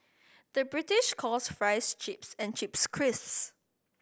the British calls fries chips and chips crisps